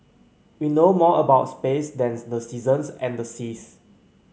we know more about space than the seasons and the seas